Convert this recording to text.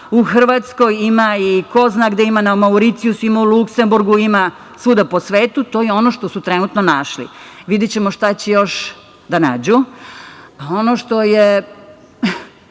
u Hrvatskoj, ima i ko zna gde ima, ima na Mauricijusu, ima u Luksemburgu, ima svuda po svetu. To je ono što su trenutno našli, videćemo šta će još da nađu. A ono što je,